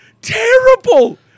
terrible